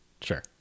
sure